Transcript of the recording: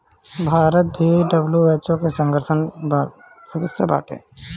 भारत भी डब्ल्यू.एच.ओ संगठन के सदस्य बाटे